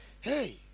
Hey